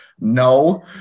no